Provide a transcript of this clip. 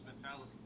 mentality